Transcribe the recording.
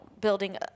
building